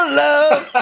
love